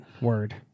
word